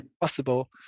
possible